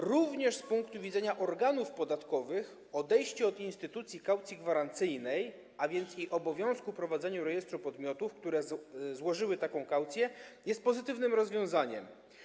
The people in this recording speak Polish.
Również z punktu widzenia organów podatkowych odejście od instytucji kaucji gwarancyjnej, a więc również od obowiązku prowadzenia rejestru podmiotów, które złożyły taką kaucję, jest pozytywnym rozwiązaniem.